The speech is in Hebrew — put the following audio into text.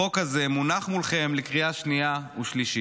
החוק הזה מונח מולכם לקריאה שנייה ושלישית.